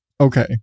Okay